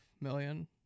million